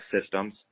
systems